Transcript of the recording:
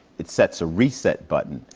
it sets a reset button,